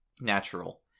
natural